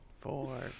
Four